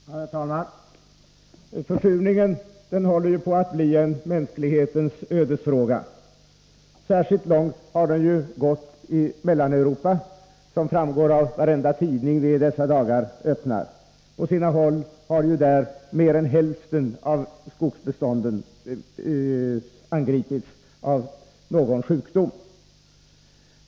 Herr talman! Försurningen håller på att bli en mänsklighetens ödesfråga. Särskilt långt har den gått i Mellaneuropa, vilket framgår av varenda tidning vi i dessa dagar öppnar. På sina håll har mer än hälften av skogsbeståndet angripits av någon sjukdom.